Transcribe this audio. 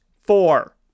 Four